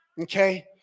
Okay